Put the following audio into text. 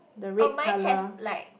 oh mine has like